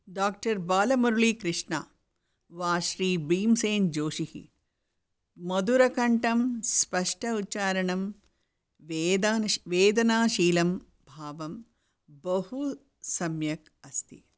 doctor Balamuralikrishna वा श्री भीमसेन् जोषिः मधुरकण्ठं स्पष्ट उच्चारणं वेदा वेदनाशीलं भावं बहु सम्यक् अस्ति